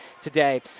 today